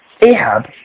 Ahab